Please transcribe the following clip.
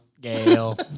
Gail